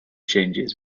changes